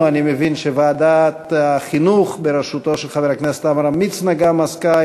אני מבין שוועדת החינוך בראשותו של חבר הכנסת עמרם מצנע גם היא עסקה,